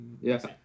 Yes